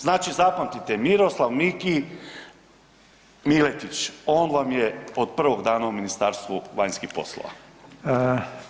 Znači zapamtite, Miroslav Miki Miletić, on vam je od prvog dana u Ministarstvu vanjskih poslova.